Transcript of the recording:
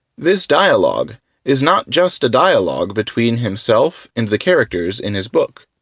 this dialog is not just a dialog between himself and the characters in his book,